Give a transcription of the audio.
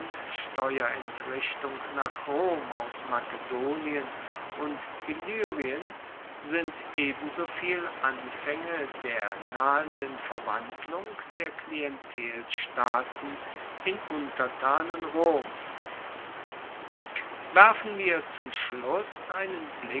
grundsteuerentrichtung nach rom aus makedonien und illyrien sind ebensoviel anfaenge der nahenden verwandlung der klientelstaaten in untertanen roms werfen wir zum schluss einen